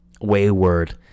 wayward